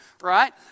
right